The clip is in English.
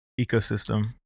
ecosystem